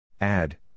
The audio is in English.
Add